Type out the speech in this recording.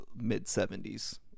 mid-70s